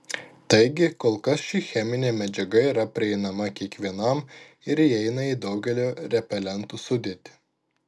taigi kol kas ši cheminė medžiaga yra prieinama kiekvienam ir įeina į daugelio repelentų sudėtį